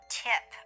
tip